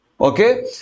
okay